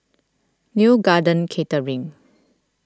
Neo Garden Catering